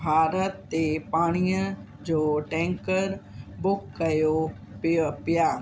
भारत ते पाणीअ जो टैंकर बुक कयो पियो पिया